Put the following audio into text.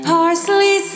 Parsley